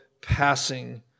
passing